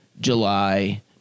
July